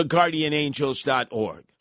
GuardianAngels.org